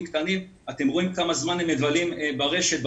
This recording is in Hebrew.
קטנים ואתם רואים כמה זמן הם מבלים ברשת,